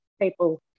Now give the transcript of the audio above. people